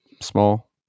small